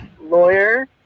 lawyer